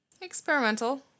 experimental